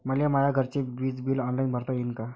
मले माया घरचे विज बिल ऑनलाईन भरता येईन का?